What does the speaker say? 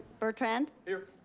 bertrand. here.